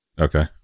Okay